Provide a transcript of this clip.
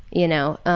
you know,